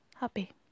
happy